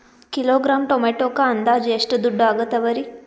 Kilogram ಟೊಮೆಟೊಕ್ಕ ಅಂದಾಜ್ ಎಷ್ಟ ದುಡ್ಡ ಅಗತವರಿ?